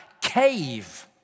cave